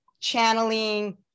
channeling